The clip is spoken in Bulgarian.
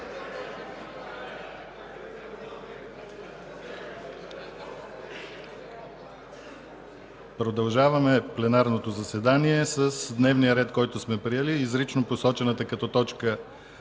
Продължаваме пленарното заседание с дневния ред, който сме приели и изрично посочената като точка